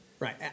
Right